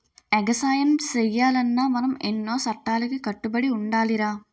ఎగసాయం సెయ్యాలన్నా మనం ఎన్నో సట్టాలకి కట్టుబడి ఉండాలిరా